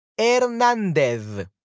Hernández